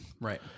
Right